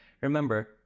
remember